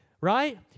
right